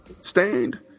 Stained